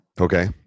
Okay